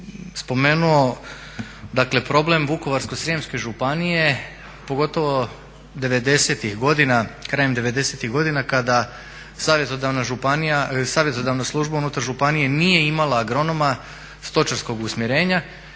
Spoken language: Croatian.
dakle problem Vukovarsko-srijemske županije pogotovo devedesetih godina, krajem devedesetih godina kada savjetodavna služba unutar županije nije imala agronoma stočarskog usmjerenja.